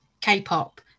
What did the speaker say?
K-pop